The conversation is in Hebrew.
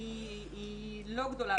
היא לא גדולה.